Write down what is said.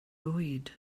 bwyd